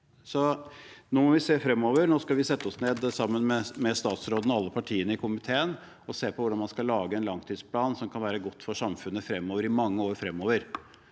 Nå må vi se fremover. Nå skal vi sette oss ned sammen med statsråden og alle partiene i komiteen og se på hvordan man skal lage en langtidsplan som kan være god for samfunnet i mange år fremover.